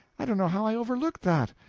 i don't know how i overlooked that.